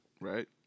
Right